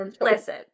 Listen